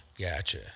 Gotcha